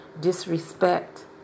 Disrespect